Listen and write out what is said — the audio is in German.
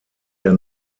der